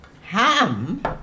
Ham